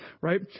Right